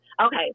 Okay